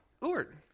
Lord